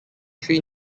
three